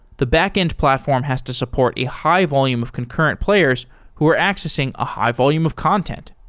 the backend platform has to support a high-volume of concurrent players who are accessing a high-volume of content.